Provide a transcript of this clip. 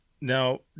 Now